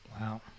Wow